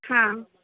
हां